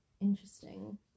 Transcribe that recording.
Interesting